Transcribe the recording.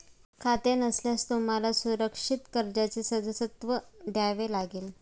खाते नसल्यास तुम्हाला सुरक्षित कर्जाचे सदस्यत्व घ्यावे लागेल